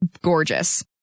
gorgeous